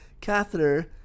catheter